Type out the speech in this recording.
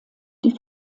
die